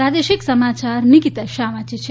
પ્રાદેશિક સમાયાર નીકિતા શાહ વાંચે છે